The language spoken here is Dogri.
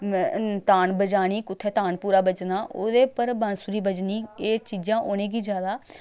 तान बजानी कु'त्थै तान पूरा बज्जना ओह्दे पर बांसुरी बज्जनी एह् चीजां उ'नेंगी जादा